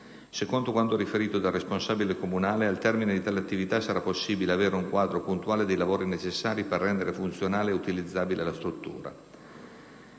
Secondo quanto riferito dal responsabile comunale, al termine di tale attività sarà possibile avere un quadro puntuale dei lavori necessari per rendere funzionale e utilizzabile la struttura.